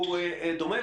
הוא דומה,